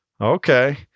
Okay